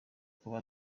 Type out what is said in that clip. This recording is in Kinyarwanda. kuba